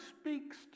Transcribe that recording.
speaks